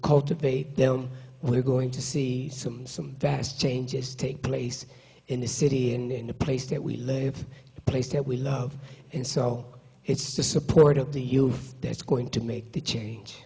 cultivate them we're going to see some some vast changes take place in the city and in the place that we live the place that we love and so it's to support up to you that's going to make the change